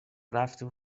رفتیم